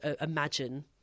imagine